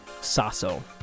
Sasso